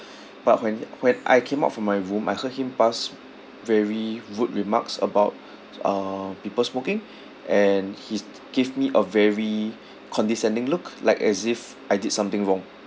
but when when I came out from my room I heard him pass very rude remarks about uh people smoking and he's gave me a very condescending look like as if I did something wrong